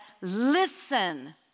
Listen